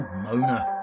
Mona